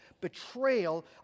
betrayal